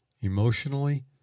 Emotionally